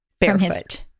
barefoot